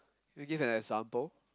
will you give an example